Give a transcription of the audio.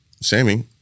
Sammy